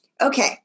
Okay